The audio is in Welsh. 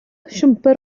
siwmper